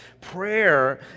Prayer